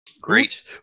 Great